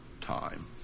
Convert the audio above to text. time